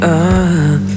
up